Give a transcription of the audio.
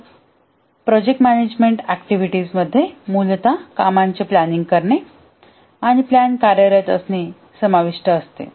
तर project management ऍक्टिव्हिटीजमध्ये मूलत कामाचे प्लॅनिंग करणे आणि प्लॅन कार्यरत असणे समाविष्ट असते